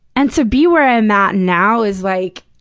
and to be where i'm at now is, like,